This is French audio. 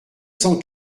cent